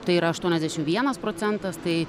tai yra aštuoniasdešim vienas procentas tai